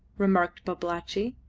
remarked babalatchi.